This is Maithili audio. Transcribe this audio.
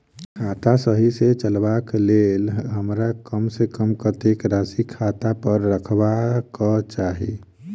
खाता सही सँ चलेबाक लेल हमरा कम सँ कम कतेक राशि खाता पर रखबाक चाहि?